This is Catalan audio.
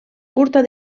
curta